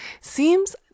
Seems